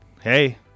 hey